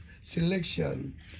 Selection